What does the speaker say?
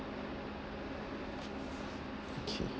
okay